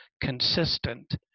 Consistent